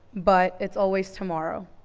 but it's always tomorrow.